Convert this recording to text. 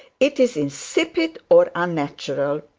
it is insipid or unnatural,